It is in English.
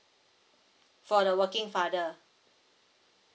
for the working father